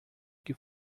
que